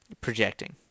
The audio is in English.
projecting